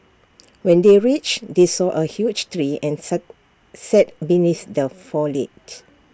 when they reached they saw A huge tree and sat beneath their foliage